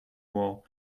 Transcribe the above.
wall